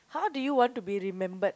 how do you want to be remembered